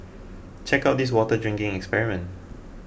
check out this water drinking experiment